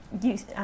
use